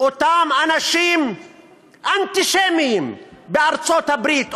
אותם אנשים אנטישמיים בארצות-הברית,